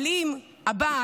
אבל אם הבעל,